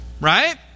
right